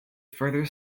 further